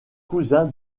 cousin